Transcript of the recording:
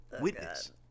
witness